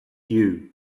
you